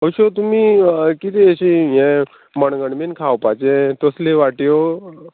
अश्यो तुमी किदें अशें हें मणगणें बीन खावपाचें तसल्यो वाट्यो